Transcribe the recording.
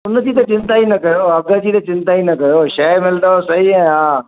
हुनजी त चिंता ही न कयो अघु जी त चिंता ई न कयो शइ मिलंदव सही आहे हा